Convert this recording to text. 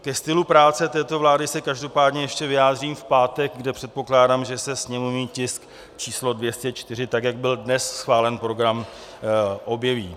Ke stylu práce této vlády se každopádně ještě vyjádřím v pátek, kde předpokládám, že se sněmovní tisk číslo 204, tak jak byl dnes schválen program, objeví.